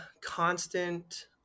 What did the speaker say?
constant